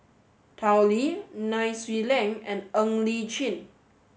Tao Li Nai Swee Leng and Ng Li Chin